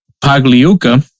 Pagliuca